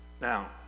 now